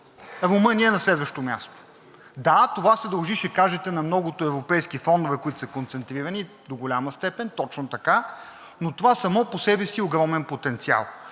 Румъния е на следващо място. Да, това се дължи, ще кажете, на многото европейски фондове, които са концентрирани. До голяма степен е точно така, но това само по себе си е огромен потенциал.